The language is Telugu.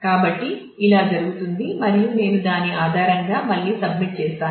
కాబట్టి ఇలా జరుగుతుంది మరియు నేను దాని ఆధారంగా మళ్ళీ సబ్మిట్ చేస్తాను